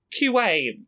QA